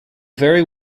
very